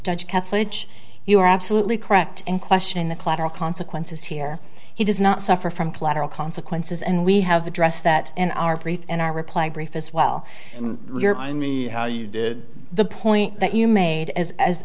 judge catholic church you are absolutely correct and question the collateral consequences here he does not suffer from collateral consequences and we have addressed that in our brief in our reply brief as well i mean the point that you made as as